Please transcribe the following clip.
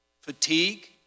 Fatigue